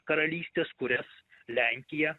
karalystes kurias lenkija